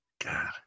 God